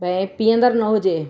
भई पीअंदड़ु न हुजे